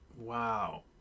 Wow